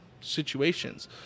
situations